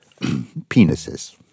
penises